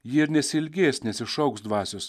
ji ir nesiilgės nesišauks dvasios